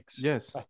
Yes